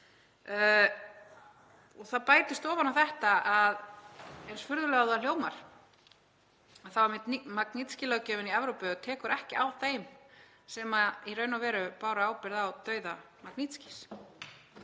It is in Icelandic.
Það bætist ofan á þetta, eins furðulega og það hljómar, að Magnitsky-löggjöfin í Evrópu tekur ekki á þeim sem í raun og veru báru ábyrgð á dauða Magnitskys.